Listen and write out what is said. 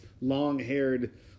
long-haired